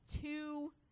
two